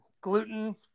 gluten